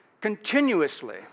continuously